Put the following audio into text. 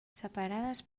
separades